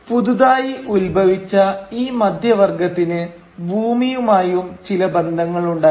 പുതുതായി ഉത്ഭവിച്ച ഈ മധ്യവർഗ്ഗത്തിന് ഭൂമിയുമായും ചില ബന്ധങ്ങൾ ഉണ്ടായിരുന്നു